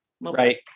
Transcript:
right